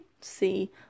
see